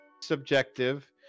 subjective